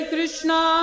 Krishna